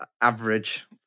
average